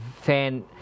fan